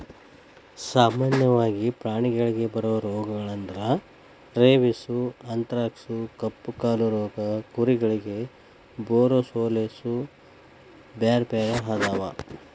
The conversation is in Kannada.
ಸಾಮನ್ಯವಾಗಿ ಪ್ರಾಣಿಗಳಿಗೆ ಬರೋ ರೋಗಗಳಂದ್ರ ರೇಬಿಸ್, ಅಂಥರಾಕ್ಸ್ ಕಪ್ಪುಕಾಲು ರೋಗ ಕುರಿಗಳಿಗೆ ಬರೊಸೋಲೇಸ್ ಬ್ಯಾರ್ಬ್ಯಾರೇ ಅದಾವ